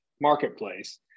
marketplace